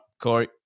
Corey